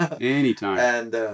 anytime